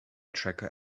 tracker